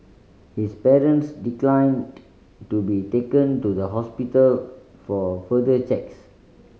his parents declined to be taken to the hospital for further checks